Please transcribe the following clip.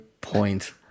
point